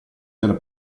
della